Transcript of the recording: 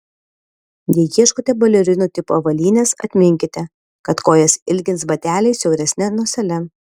jei ieškote balerinų tipo avalynės atminkite kad kojas ilgins bateliai siauresne nosele